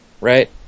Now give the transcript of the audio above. Right